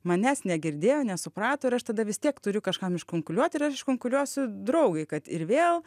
manęs negirdėjo nesuprato ir aš tada vis tiek turiu kažkam iškunkuliuot ir aš iškunkuliuosiu draugei kad ir vėl